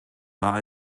war